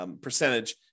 percentage